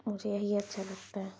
مجھے یہی اچھا لگتا ہے